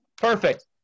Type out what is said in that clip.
Perfect